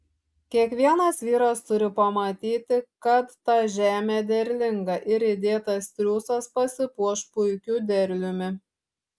kiekvienas vyras turi pamatyti kad ta žemė derlinga ir įdėtas triūsas pasipuoš puikiu derliumi